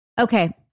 Okay